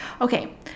Okay